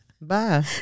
Bye